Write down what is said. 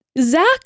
zach